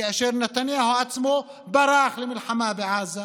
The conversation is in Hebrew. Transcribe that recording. כאשר נתניהו עצמו ברח למלחמה בעזה.